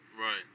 right